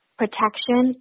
protection